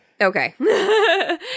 Okay